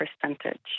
percentage